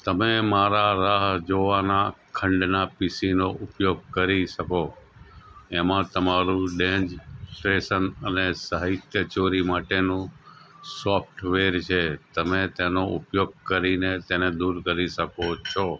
તમે મારા રાહ જોવાના ખંડના પીસીનો ઉપયોગ કરી શકો એમાં તમારું ડેન્ઝટેશન અને સાહિત્ય ચોરી માટેનું સૉફ્ટવેર છે તમે તેનો ઉપયોગ કરીને તેને દૂર કરી શકો છો